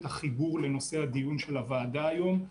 החיבור לנושא הדיון של הוועדה היום.